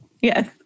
Yes